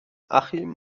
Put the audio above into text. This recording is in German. achim